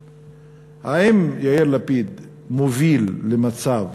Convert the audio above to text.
האם יאיר לפיד מוביל למצב